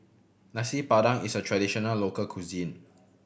Nasi Padang is a traditional local cuisine